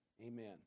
Amen